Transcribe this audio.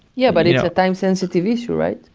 yeah, but it's a time sensitive issue, right?